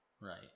Right